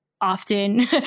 often